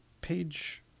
page